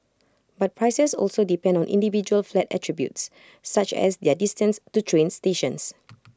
but prices also depend on individual flat attributes such as their distance to train stations